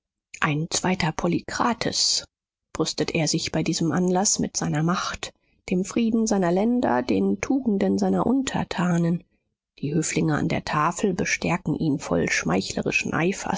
ein zweiter polykrates brüstet er sich bei diesem anlaß mit seiner macht dem frieden seiner länder den tugenden seiner untertanen die höflinge an der tafel bestärken ihn voll schmeichlerischen